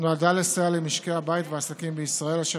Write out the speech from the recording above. נועדה לסייע למשקי הבית והעסקים בישראל אשר